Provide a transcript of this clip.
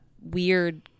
weird